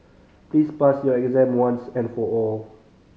please pass your exam once and for all